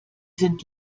sind